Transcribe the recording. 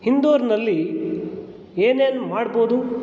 ಇಂದೋರ್ನಲ್ಲಿ ಏನೇನು ಮಾಡ್ಬೋದು